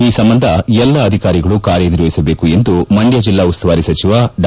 ಈ ಸಂಬಂಧ ಎಲ್ಡಾ ಅಧಿಕಾರಿಗಳು ಕಾರ್ಯ ನಿರ್ವಹಿಸಬೇಕು ಎಂದು ಮಂಡ್ನ ಜೆಲ್ಲಾ ಉಸ್ತುವಾರಿ ಸಚಿವ ಡಾ